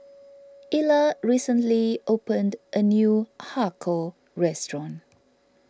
Ila recently opened a new Har Kow Restaurant